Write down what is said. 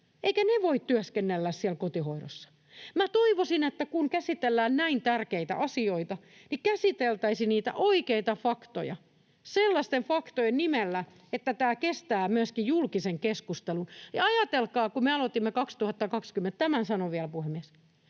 eivätkä ne voi työskennellä siellä kotihoidossa. Minä toivoisin, että kun käsitellään näin tärkeitä asioita, niin käsiteltäisiin niitä oikeita faktoja sellaisten faktojen nimellä, että tämä kestää myöskin julkisen keskustelun. Ja ajatelkaa, kun me aloitimme 2020 — tämän sanon vielä, puhemies